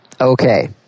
Okay